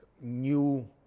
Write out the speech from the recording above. new